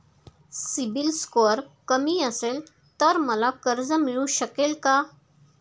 CIBIL score कमी असेल तर मला कर्ज मिळू शकेल का?